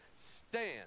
stand